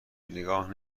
نگاه